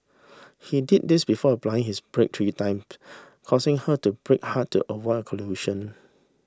he did this before applying his brakes three time causing her to brake hard to avoid a collision